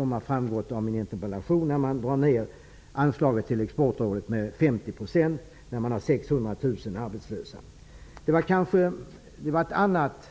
Som framgår av min interpellation är jag besviken över att man drar ner anslaget till Exportrådet med 50 % när vi har 600 000 arbetslösa. Det var kanske ett annat